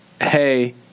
hey